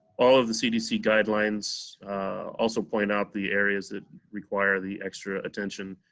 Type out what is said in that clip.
all of the cdc guidelines also point out the areas that require the extra attention,